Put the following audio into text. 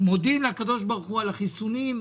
מודים לקב"ה על החיסונים,